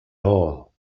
all